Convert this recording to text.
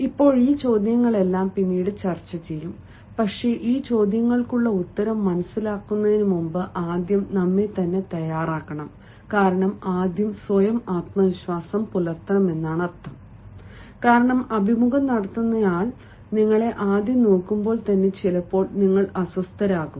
ഇപ്പോൾ ഈ ചോദ്യങ്ങളെല്ലാം പിന്നീട് ചർച്ചചെയ്യും പക്ഷേ ഈ ചോദ്യങ്ങൾക്കുള്ള ഉത്തരം മനസിലാക്കുന്നതിനുമുമ്പ് ആദ്യം നമ്മെത്തന്നെ തയ്യാറാക്കാം കാരണം ആദ്യം സ്വയം ആത്മവിശ്വാസം പുലർത്തണം കാരണം അഭിമുഖം നടത്തുന്നയാൾ നിങ്ങളെ ആദ്യം നോക്കുമ്പോൾ തന്നെ ചിലപ്പോൾ നിങ്ങളെ അസ്വസ്ഥരാക്കും